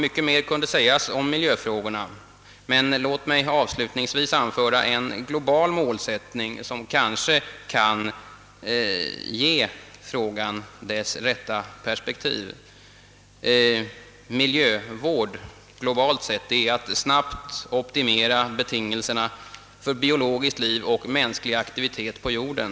Mycket mera kunde sägas om miljöfrågorna, men låt mig avslutningsvis bara ange en global målsättning, som kanske kan sätta in frågan i dess rätta perspektiv: Miljövård, globalt sett, är att snabbt optimera betingelserna för biologiskt liv och mänsklig aktivitet på jorden.